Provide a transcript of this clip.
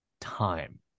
time